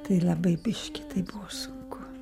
tai labai biškį taip buvo sunku